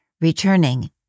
Returning